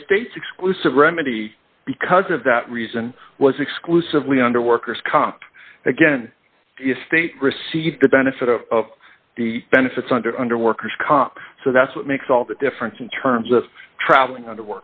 the state's exclusive remedy because of that reason was exclusively under workers comp again state received the benefit of the benefits under under workers comp so that's what makes all the difference in terms of traveling